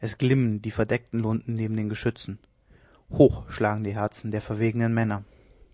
es glimmen die verdeckten lunten neben den geschützen hoch schlagen die herzen der verwegenen männer